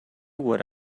what